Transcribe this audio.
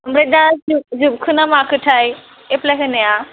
ओमफ्राय दा जोब जोबखौ ना माखोथाय एप्लाय होनाया